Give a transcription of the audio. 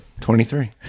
23